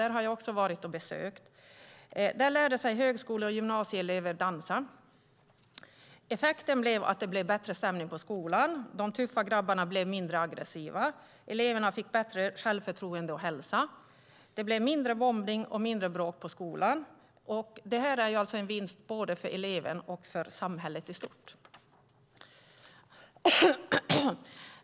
Det har jag också besökt. Där lärde sig högskole och gymnasieelever att dansa. Effekten blev att det blev bättre stämning på skolan. De tuffa grabbarna blev mindre aggressiva. Eleverna fick bättre självförtroende och hälsa. Det blev mindre mobbning och mindre bråk på skolan. Det är alltså en vinst både för eleverna och för samhället i stort.